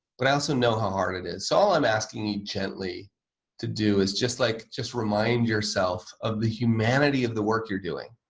but i also know how hard it is. all i'm asking you gently to do is just like just remind yourself of the humanity of the work you're doing